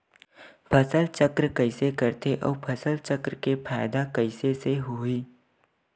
फसल चक्र कइसे करथे उ फसल चक्र के फ़ायदा कइसे से होही?